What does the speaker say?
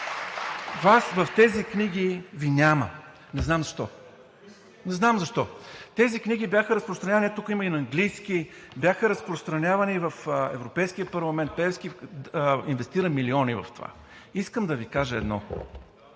Вас в тези книги Ви няма. Не знам защо. Не знам защо?! Тези книги бяха разпространявани – тук, има и на английски, бяха разпространявани и в Европейския парламент, Пеевски инвестира милиони в това. Искам да Ви кажа едно